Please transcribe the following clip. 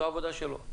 זו העבודה שלו,